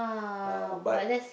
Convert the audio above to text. ah but